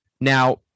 now